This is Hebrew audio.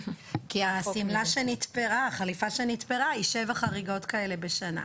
כי החליפה שנתפרה היא שבע חריגות כאלה בשנה.